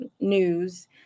news